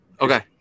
okay